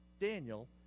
Daniel